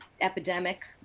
epidemic